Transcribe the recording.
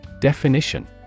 Definition